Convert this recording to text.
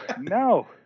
No